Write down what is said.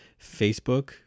Facebook